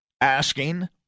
asking